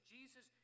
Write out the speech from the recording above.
Jesus